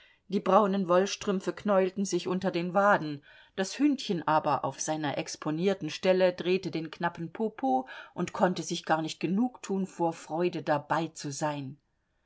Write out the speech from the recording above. die braunen wollstrümpfe knäulten sich unter den waden das hündchen aber auf seiner exponierten stelle drehte den knappen popo und konnte sich gar nicht genugtun vor freude dabeizusein